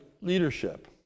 leadership